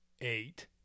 eight